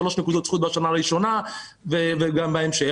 3 נקודות זכות בשנה הראשונה וגם בהמשך